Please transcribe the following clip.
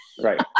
Right